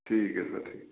ठीक ऐ फिर ठीक ऐ